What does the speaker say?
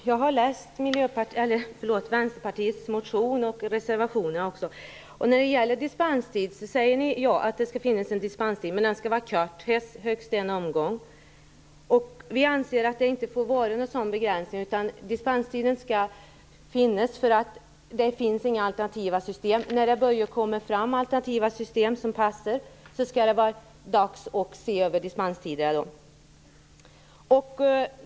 Herr talman! Jag har läst Vänsterpartiets motion och också reservationerna. När det gäller dispenstid säger ni att en sådan skall finnas, men den skall vara kort och omfatta högst en omgång. Vi anser att det inte får vara någon sådan begränsning. Dispenstiden skall finnas därför att det inte finns några alternativa system. När det börjar att komma fram alternativa system som passar är det dags att se över dispenstider.